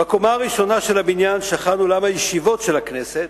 בקומה הראשונה של הבניין שכן אולם הישיבות של הכנסת,